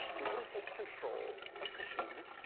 modi takes control of kashmir,